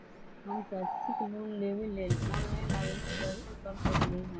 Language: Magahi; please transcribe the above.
हम शैक्षिक लोन लेबे लेल ऑनलाइन आवेदन कैसे कर सकली ह?